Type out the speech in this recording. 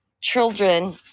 children